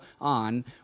on